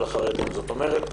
כלומר,